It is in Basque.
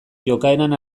jokaeran